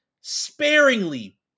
sparingly